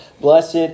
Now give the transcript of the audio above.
Blessed